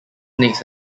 next